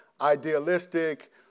idealistic